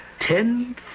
Ten